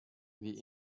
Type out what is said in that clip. the